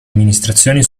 amministrazioni